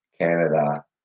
Canada